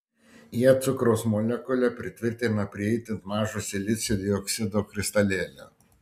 jie cukraus molekulę pritvirtina prie itin mažo silicio dioksido kristalėlio